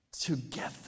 together